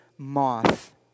moth